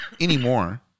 anymore